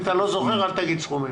אם אתה לא זוכר אל תגיד סכומים.